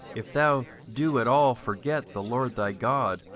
if thou do at all forget the lord thy god,